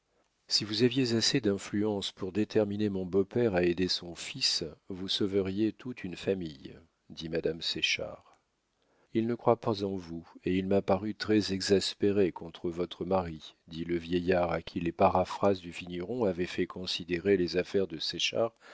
si vous aviez assez d'influence pour déterminer mon beau-père à aider son fils vous sauveriez toute une famille dit madame séchard il ne croit pas en vous et il m'a paru très exaspéré contre votre mari dit le vieillard à qui les paraphrases du vigneron avaient fait considérer les affaires de séchard